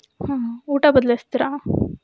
ಹಾಂ ಊಟ ಬದಲಾಯಿಸ್ತೀರಾ